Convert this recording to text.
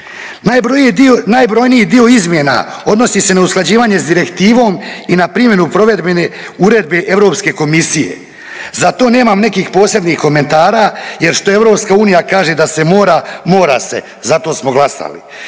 Najbrojniji dio izmjena odnosi se na usklađivanje s direktivom i na primjenu provedbene uredbe Europske komisije. Za to nemam nekih posebnih komentara jer što EU kaže da se mora, mora se zato smo glasali.